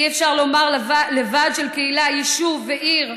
אי-אפשר לומר לוועד של קהילה, יישוב ועיר: